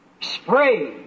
Spray